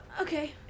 Okay